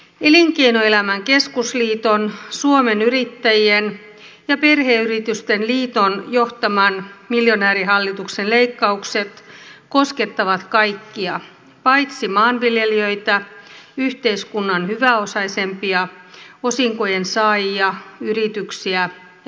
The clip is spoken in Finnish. elinkeinoelämän keskusliiton suomen yrittäjien ja perheyritysten liiton johtaman miljonäärihallituksen leikkaukset koskettavat kaikkia paitsi maanviljelijöitä yhteiskunnan hyväosaisempia osinkojen saajia yrityksiä ja maanpuolustusta